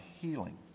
healing